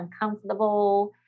uncomfortable